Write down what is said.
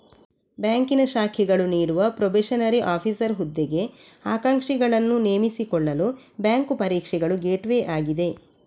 ಬ್ಯಾಂಕಿನ ಶಾಖೆಗಳು ನೀಡುವ ಪ್ರೊಬೇಷನರಿ ಆಫೀಸರ್ ಹುದ್ದೆಗೆ ಆಕಾಂಕ್ಷಿಗಳನ್ನು ನೇಮಿಸಿಕೊಳ್ಳಲು ಬ್ಯಾಂಕು ಪರೀಕ್ಷೆಗಳು ಗೇಟ್ವೇ ಆಗಿದೆ